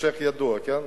המשך ידוע, כן?